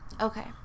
Okay